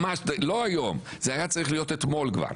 לא היום, זה היה צריך להיות אתמול כבר.